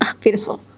beautiful